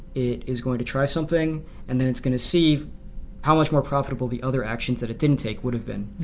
it is going to try something and then it's going to see how much more profitable the other actions that it didn't take would have been.